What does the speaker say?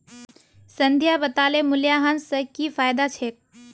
संध्या बताले मूल्यह्रास स की फायदा छेक